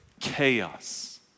chaos